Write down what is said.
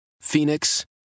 Phoenix